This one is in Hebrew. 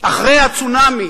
אחרי הצונאמי?